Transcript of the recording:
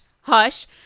hush